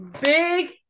Big